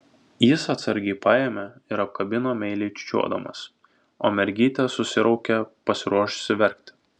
jis atsargiai paėmė ir apkabino meiliai čiūčiuodamas o mergytė susiraukė pasiruošusi verkti